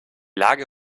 lage